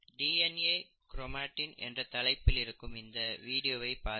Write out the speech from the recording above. DNA chromatin என்ற தலைப்பில் இருக்கும் இந்த வீடியோவை பாருங்கள்